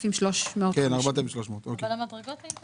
אבל המדרגות די טובות.